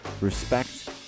Respect